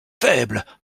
faibles